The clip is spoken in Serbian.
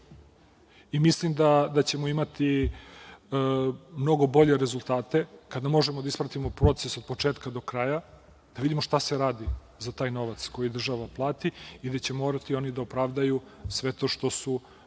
Mislim da ćemo imati mnogo bolje rezultate kada možemo da ispratimo proces od početka do kraja, da vidimo šta se radi za taj novac koji država plati i da će morati oni da opravdaju sve to što su